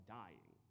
dying